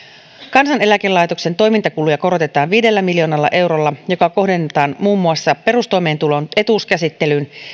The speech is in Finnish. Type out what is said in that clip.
kansaneläkelaitoksen toimintakuluja korotetaan viidellä miljoonalla eurolla joka kohdennetaan muun muassa perustoimeentulon etuuskäsittelyyn